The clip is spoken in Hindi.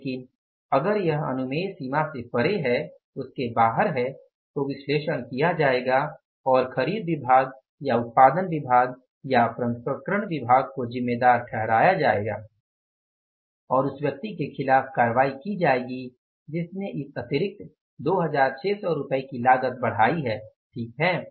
लेकिन अगर यह अनुमेय सीमा से परे है तो विश्लेषण किया जाएगा और खरीद विभाग या उत्पादन विभाग या प्रसंस्करण विभाग को जिम्मेदार ठहराया जाएगा और उस व्यक्ति के खिलाफ कार्रवाई की जाएगी जिसने इस अतिरिक्त 2600 रुपये की लागत बढ़ायी है सही है